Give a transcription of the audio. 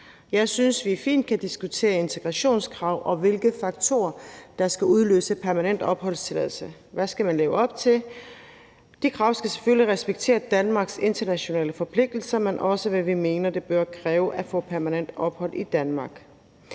Jeg synes, at vi fint kan diskutere integrationskrav, og hvilke faktorer der skal udløse en permanent opholdstilladelse – hvad skal man leve op til? – og de krav skal selvfølgelig respektere Danmarks internationale forpligtelser, men også hvad vi mener at det bør kræve at få permanent ophold i Danmark.